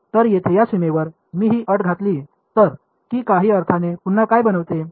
तर येथे या सीमेवर मी ही अट घातली तर ती काही अर्थाने पुन्हा काय बनवते